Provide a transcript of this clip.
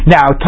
Now